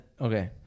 Okay